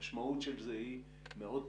המשמעות של זה היא מאוד פשוטה.